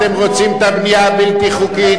אתם רוצים את הבנייה הבלתי-חוקית,